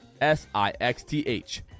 S-I-X-T-H